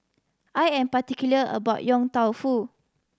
I am particular about Yong Tau Foo